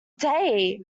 day